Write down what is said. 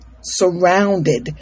surrounded